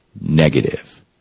negative